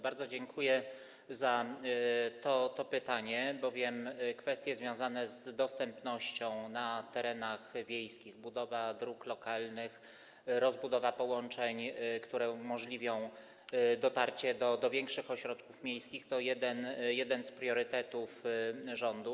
Bardzo dziękuję za to pytanie, bowiem kwestie związane z dostępnością na terenach wiejskich, budowa dróg lokalnych, rozbudowa połączeń, które umożliwią dotarcie do większych ośrodków miejskich, należą do priorytetów rządu.